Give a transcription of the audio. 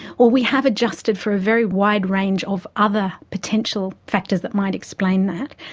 well, we have adjusted for a very wide range of other potential factors that might explain that.